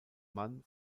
mann